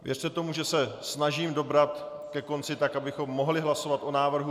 Věřte tomu, že se snažím dobrat ke konci tak, abychom mohli hlasovat o návrhu.